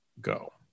go